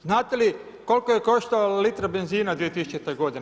Znate li koliko je koštalo litra benzina 2000. g.